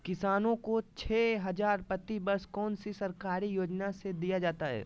किसानों को छे हज़ार प्रति वर्ष कौन सी सरकारी योजना से दिया जाता है?